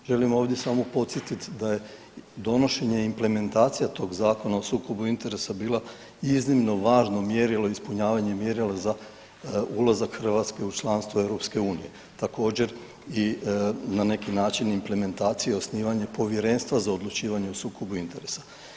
Želim ovdje samo podsjetiti da je donošenje implementacija tog Zakona o sukobu interesa bilo iznimno važno mjerilo, ispunjavanje mjerila za ulazak Hrvatske u članstvo EU, također i na neki način implementacija osnivanja Povjerenstva za odlučivanje o sukobu interesa.